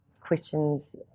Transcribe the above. questions